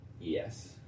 Yes